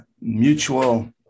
Mutual